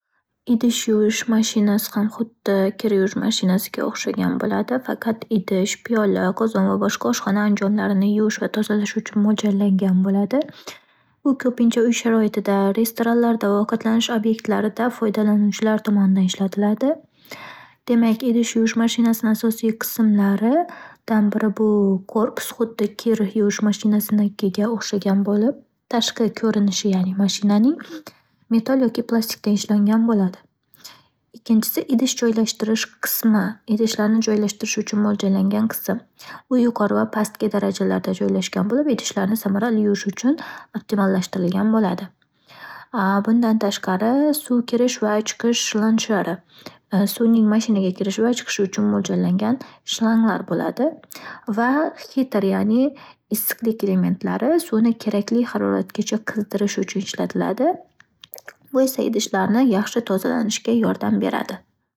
Idish yuvish mashinasi ham xuddi kir yuvish mashinasiga o'xshagan bo'ladi, faqat idish, piyola, qozon va boshqa oshxona anjomlarini yuvish va tozalash uchun mo'ljallangan bo'ladi. U ko'pincha uy sharoitida, restoranlarda va ovqatlanish obyektlarida foydalanuvchilar tomonidan ishlatiladi. Demak, idish yuvish mashinasini asosiy qismlaridan biri bu-korpus, xuddi kir yuvish mashinasikiga o'xshagan bo'lib, tashqi ko'rinishi ya'ni mashinaning metal yoki plastikdan ishlangan bo'ladi. Ikkinchisi - idish joylshtirish qismi, idishlarni joylashtirish uchun mo'ljallangan qism. U yuqori va pastki darajalarda joylashgan bo'lib, idishlarni samarali yuvish uchun optimallashtirilgan bo'ladi. Bundan tashqari, suv kirish va chiqish landshari - suvning mashinaga kirishi va chiqishi uchun mo'ljallangan shlanglar bo'ladi va hitr ya'ni issiqlik elementlari suvni kerakli haroratgacha qizdirish uchun ishlatiladi. Bu esa idishlarni yaxshi tozalanishiga yordam beradi.